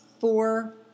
four